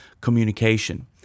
communication